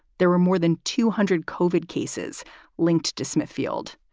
there were more than two hundred covered cases linked to smithfield.